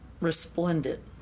resplendent